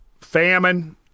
famine